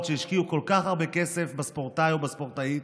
שהשקיעו כל כך הרבה כסף בספורטאי או בספורטאית.